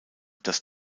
das